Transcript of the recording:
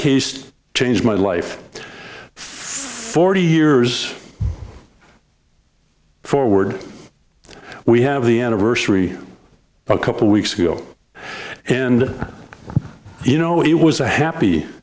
case changed my life for forty years forward we have the anniversary a couple weeks ago and you know it was a happy